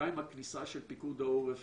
גם עם הכניסה של פיקוד העורף